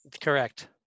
Correct